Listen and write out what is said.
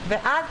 ואז,